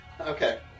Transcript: Okay